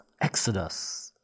exodus